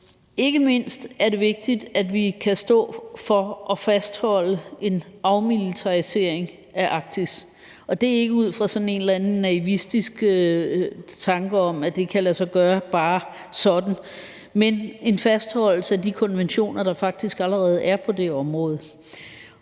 Ikke mindst er det vigtigt, at vi kan stå for at fastholde en afmilitarisering af Arktis, og det er ikke ud fra sådan en eller anden naivistisk tanke om, at det bare sådan lige kan lade sig gøre, men ud fra en fastholdelse af de konventioner, der faktisk allerede eksisterer på det område.